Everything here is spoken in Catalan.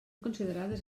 considerades